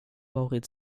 varit